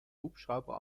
hubschrauber